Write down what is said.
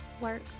work